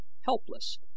helpless